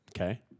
Okay